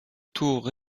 tour